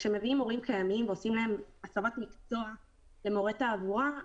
כאשר מביאים מורים קיימים ועושים להם הסבת מקצוע למורי תעבורה,